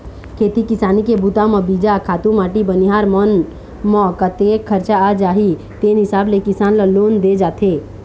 खेती किसानी के बूता म बीजा, खातू माटी बनिहार मन म कतेक खरचा आ जाही तेन हिसाब ले किसान ल लोन दे जाथे